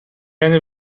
یعنی